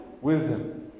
wisdom